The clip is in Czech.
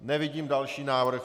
Nevidím další návrh.